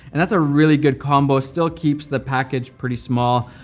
and that's a really good combo. still keeps the package pretty small.